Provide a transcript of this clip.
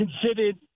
considered